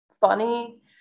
funny